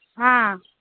ꯑꯥ